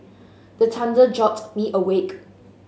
the thunder jolt me awake